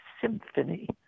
symphony